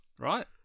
Right